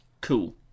Cool